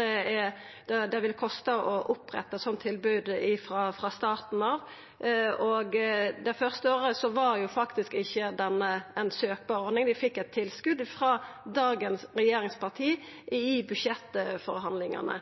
det vil kosta å oppretta som tilbod frå starten av. Det fyrste året var faktisk ikkje dette ei søkbar ordning, dei fekk tilskot frå dagens regjeringsparti i budsjettforhandlingane.